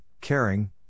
caring